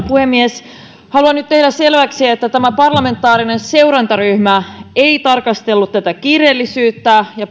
puhemies haluan nyt tehdä selväksi että tämä parlamentaarinen seurantaryhmä ei tarkastellut tätä kiireellisyyttä ja